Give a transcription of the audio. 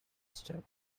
step